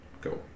Go